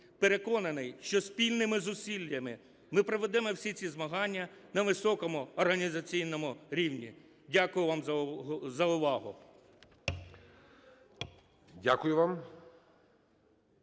Переконаний, що спільними зусиллями ми проведемо всі ці змагання на високому організаційному рівні. Дякую вам за увагу.